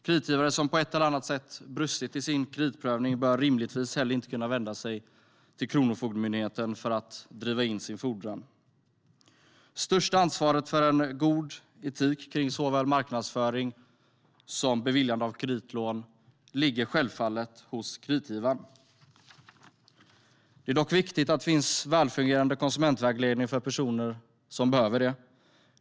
Kreditgivare som på ett eller annat sätt brustit i sin kreditprövning bör rimligtvis heller inte kunna vända sig till Kronofogdemyndigheten för att driva in sin fordran. Största ansvaret för en god etik i såväl marknadsföring som beviljande av kreditlån ligger självfallet hos kreditgivaren. Det är dock viktigt att det finns välfungerande konsumentvägledning för personer som behöver det.